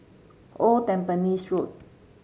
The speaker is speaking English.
Old Tampines Road